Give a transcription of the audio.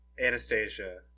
Anastasia